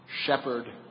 shepherd